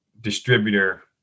distributor